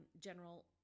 general